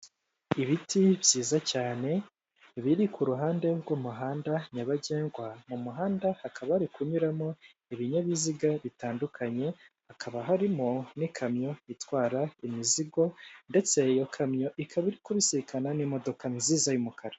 Ibiti byiza cyane biri kuruhande rw'umuhanda nyabagendwa. Mu muhanda hakaba hari kunyuramo ibinyabiziga bitandukanye, hakaba harimo n'ikamyo itwara imizigo ndetse iyo kamyo ikaba iri kubisikana n'imodoka nziza y'umukara.